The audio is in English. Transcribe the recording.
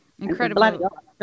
Incredible